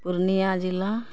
पूर्णिया जिला